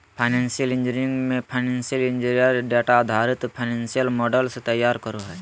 financial engineering मे financial engineer data आधारित financial models तैयार करो हय